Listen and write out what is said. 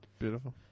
Beautiful